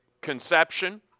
Conception